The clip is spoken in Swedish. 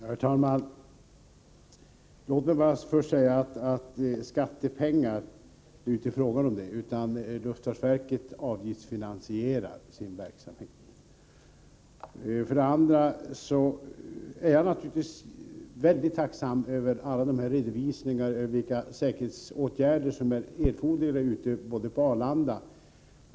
Herr talman! Låt mig först bara säga att det här inte är fråga om skattepengar, eftersom luftfartsverket avgiftsfinansierar sin verksamhet. Vidare vill jag säga att jag naturligtvis är mycket tacksam för alla dessa redovisningar av vilka säkerhetsåtgärder som är erforderliga på Arlanda.